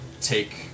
take